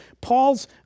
Paul's